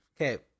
okay